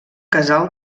casal